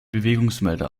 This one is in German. bewegungsmelder